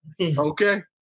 Okay